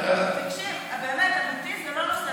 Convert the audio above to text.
אמיתי, זה לא נושא לפוליטיקה.